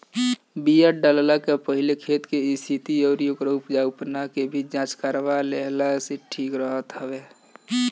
बिया डालला के पहिले खेत के स्थिति अउरी ओकरी उपजाऊपना के भी जांच करवा लेहला से ठीक रहत हवे